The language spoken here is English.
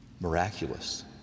miraculous